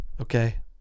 Okay